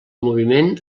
moviment